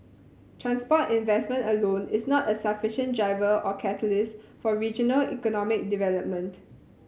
transport investment alone is not a sufficient driver or catalyst for regional economic development